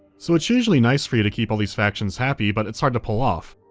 so it's usually nice for you to keep all these factions happy, but it's hard to pull off.